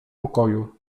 pokoju